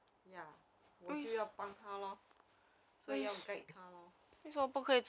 ya 我就要帮她 lor so 要 guide 她 lor